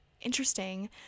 interesting